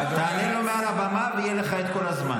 --- תענה לו מעל הבמה, ויהיה לך את כל הזמן.